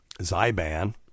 Zyban